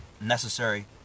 necessary